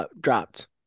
dropped